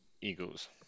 eagles